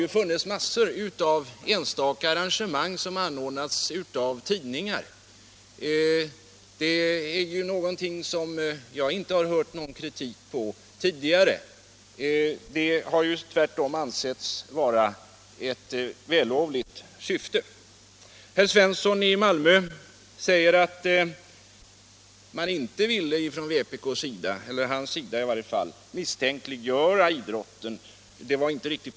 Massor av enstaka idrottsarrangemang har anordnats av tidningar. Det är någonting som jag tidigare inte har hört någon kritik mot. Tvärtom har det ansetts vara ett vällovligt syfte. Herr Svensson i Malmö sade att vpk inte vill misstänkliggöra idrotten - åtminstone inte han.